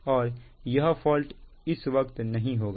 और यह फॉल्ट इस वक्त नहीं होगा